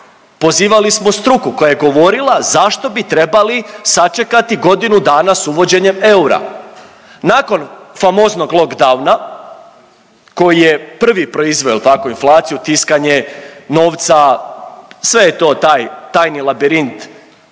pozivali smo struku koja je govorila zašto bi trebali sačekati godinu dana s uvođenjem eura. Nakon famoznog lockdowna koji je prvi proizveo jel tako inflaciju, tiskanje novca sve je to taj tajni labirint